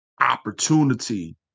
opportunity